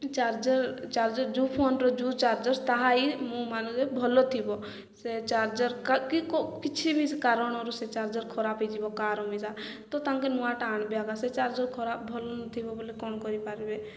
charger charger ଯେଉଁ ଫୋନ୍ର ଯେଉଁ ଚାର୍ଜର ତାହା ହିଁ ମୁଁ ମାନେ ଯେ ଭଲ ଥିବ ସେ ଚାର୍ଜର କିଛି ବି ସେ କାରଣରୁ ସେ ଚାର୍ଜର ଖରାପ ହେଇଯିବ କାହାର ମିଶା ତ ତାଙ୍କେ ନୂଆଟା ଆଣିବ ଆ ଏକା ସେ ଚାର୍ଜର ଖରାପ ଭଲ ନଥିବ ବୋଲି କ'ଣ କରିପାରିବେ